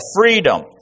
freedom